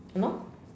!hannor!